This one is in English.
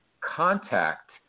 contact